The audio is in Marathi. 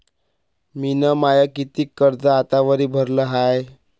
मिन माय कितीक कर्ज आतावरी भरलं हाय?